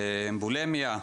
בולימיה,